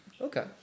Okay